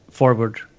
Forward